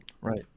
right